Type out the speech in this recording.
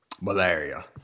Malaria